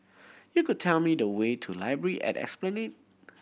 you could tell me the way to Library at Esplanade